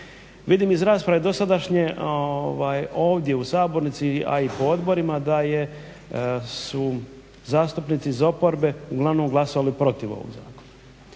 Vidim iz rasprave dosadašnje ovdje u sabornici, a i po odborima da su zastupnici iz oporbe uglavnom glasovali protiv ovog zakona